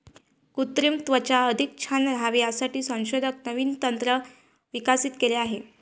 कृत्रिम त्वचा अधिक छान राहावी यासाठी संशोधक नवीन तंत्र विकसित केले आहे